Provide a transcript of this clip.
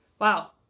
Wow